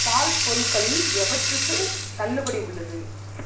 பால் பொருட்களில் எவற்றுக்கு தள்ளுபடி உள்ளது